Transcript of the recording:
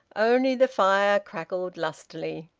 only the fire crackled lustily.